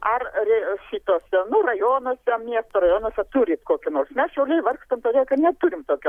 ar re šitos senų rajonuose miesto rajonosuose turit kokį nors mes šiauliai vargstam todėl kad neturim tokio